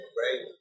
right